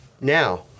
now